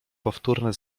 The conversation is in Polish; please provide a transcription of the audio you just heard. powtórne